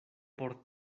por